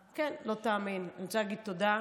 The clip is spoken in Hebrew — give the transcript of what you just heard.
כן, לא תאמין, אני רוצה להגיד תודה,